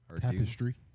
Tapestry